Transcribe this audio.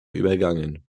übergangen